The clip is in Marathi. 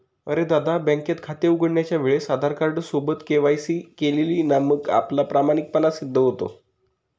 अरे दादा, बँकेत खाते उघडण्याच्या वेळेस आधार कार्ड सोबत के.वाय.सी केली ना मग आपला प्रामाणिकपणा सिद्ध होतो